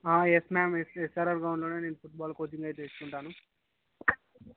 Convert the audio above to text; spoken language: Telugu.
ఆ ఎస్ మ్యామ్ ఎస్ నేను ఎస్ఆర్ఆర్ గ్రౌండ్ లోనే నేను ఫుట్ బాల్ కోచింగ్ అనేది ఇస్తుంటాను